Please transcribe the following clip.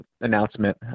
announcement